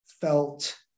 felt